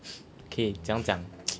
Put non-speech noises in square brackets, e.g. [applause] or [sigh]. okay 怎样讲 [noise]